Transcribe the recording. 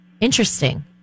interesting